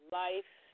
life